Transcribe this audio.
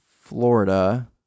florida